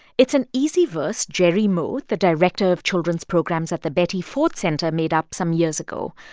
it's an easy verse jerry moe, the director of children's programs at the betty ford center, made up some years ago.